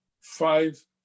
five